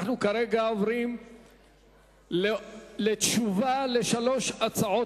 אנחנו עוברים לתשובה על שלוש הצעות